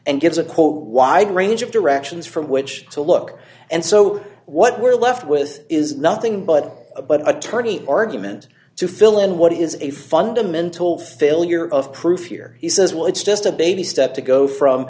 and gives a quote why a range of directions from which to look and so what we're left with is nothing but attorney argument to fill in what is a fundamental failure of proof here he says well it's just a baby step to go from